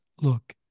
look